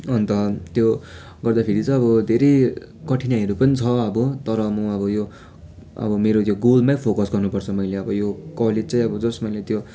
अन्त त्यो गर्दा फेरि चाहिँ अब धेरै कठिनाइहरू पनि छ अब तर म अब यो अब मेरो यो गोलमै फोकस गर्नु पर्छ मैले अब यो कलेज चाहिँ अब जस्ट मैले त्यो